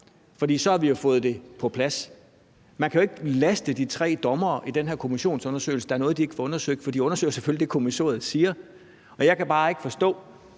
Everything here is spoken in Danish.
For så har vi jo fået det på plads. Man kan jo ikke laste de tre dommere i den her kommissionsundersøgelse for, at der er noget, de ikke har fået undersøgt. For de undersøger selvfølgelig det, som kommissoriet siger, og jeg kan bare ikke forstå,